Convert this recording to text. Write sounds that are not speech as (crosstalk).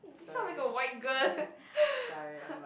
you sound like a white girl (laughs)